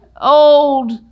old